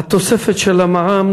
התוספת של המע"מ,